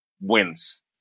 wins